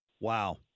Wow